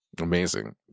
Amazing